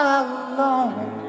alone